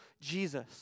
Jesus